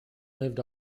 lived